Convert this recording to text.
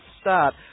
start